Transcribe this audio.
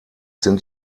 sind